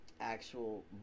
actual